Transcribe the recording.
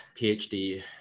PhD